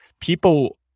people